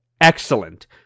excellent